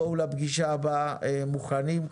בואו לפגישה הבאה מוכנים,